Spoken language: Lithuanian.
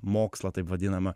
mokslą taip vadinamą